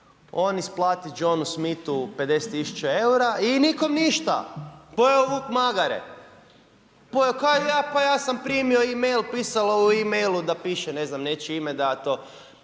on isplati Jonesu Smithu 50000 eura i nikom ništa, pojeo vuk magare. Pa kaj ja, ja sam primio e-mail, pisalo u e-mailu, da piše ne znam, nečije ime, da ja